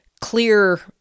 clear